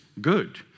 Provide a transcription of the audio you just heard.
good